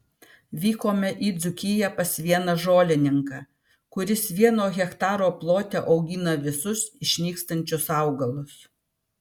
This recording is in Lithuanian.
vykome į dzūkiją pas vieną žolininką kuris vieno hektaro plote augina visus išnykstančius augalus